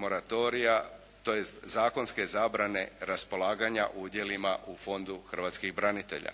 moratorija, tj. zakonske zabrane raspolaganja udjelima u Fondu hrvatskih branitelja.